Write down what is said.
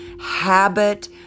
habit